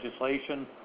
legislation